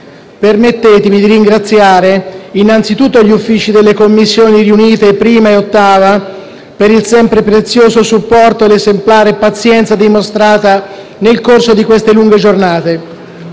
Permettetemi di ringraziare innanzi tutto gli uffici delle Commissioni riunite 1a e 8a per il sempre prezioso supporto e l'esemplare pazienza dimostrata nel corso delle lunghe giornate